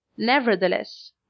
Nevertheless